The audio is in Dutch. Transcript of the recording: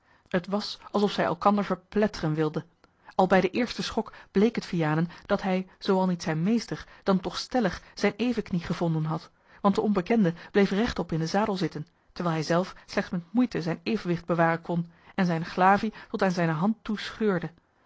t was alsof zij elkander verpletteren wilden al bij den eersten schok bleek het vianen dat hij zooal niet zijn meester dan toch stellig zijne evenknie gevonden had want de onbekende bleef rechtop in den zadel zitten terwijl hij zelf slechts met moeite zijn evenwicht bewaren kon en zijne glavie tot aan zijne hand toe scheurde